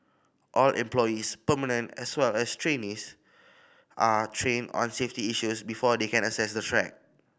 all employees permanent as well as trainees are trained on safety issues before they can access the track